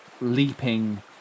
leaping